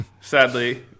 sadly